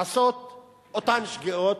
לעשות את אותן שגיאות.